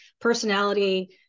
personality